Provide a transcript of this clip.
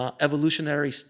evolutionary